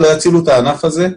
ככל שלא יצילו את הענף הזה,